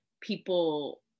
people